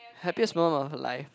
happiest moment of your life